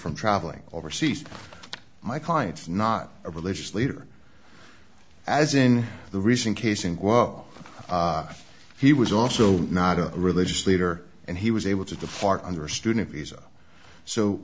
from traveling overseas my clients not a religious leader as in the recent case in quo he was also not a religious leader and he was able to depart under a student visa so